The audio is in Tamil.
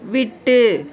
விட்டு